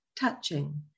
touching